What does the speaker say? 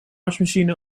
wasmachine